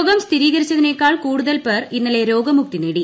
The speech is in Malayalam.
രോഗം സ്ഥിരീകരിച്ചതിനെക്കാൾ കൂടുതൽ പേർ ഇന്നലെ രോഗമുക്തി നേടി